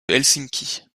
helsinki